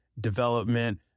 development